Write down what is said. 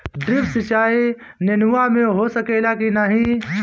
Drip सिंचाई नेनुआ में हो सकेला की नाही?